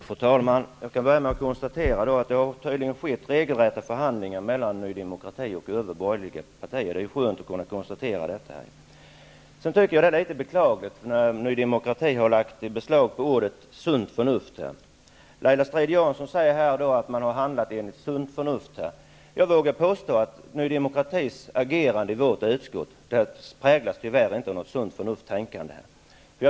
Fru talman! Jag skall börja med att konstatera att det tydligen har skett regelrätta förhandlingar mellan Ny demokrati och övriga borgerliga partier. Det är skönt att kunna konstatera detta. Det är litet beklagligt att Ny demokrati har lagt beslag på begreppet ''sunt förnuft''. Laila Strid Jansson säger att man har handlat enligt sunt förnuft. Jag vågar påstå att Ny demokratis agerande i vårt utskott tyvärr inte präglas av sunt förnuft.